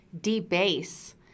debase